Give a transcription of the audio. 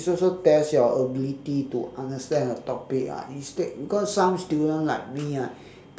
it's also test your ability to understand a topic ah instead because some student like me right